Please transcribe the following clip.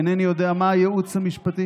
אינני יודע מה הייעוץ המשפטי,